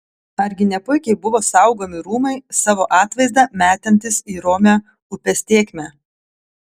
argi ne puikiai buvo saugomi rūmai savo atvaizdą metantys į romią upės tėkmę